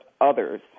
others